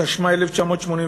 התשמ"א 1981,